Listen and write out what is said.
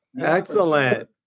Excellent